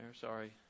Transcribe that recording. sorry